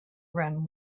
rim